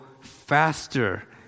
faster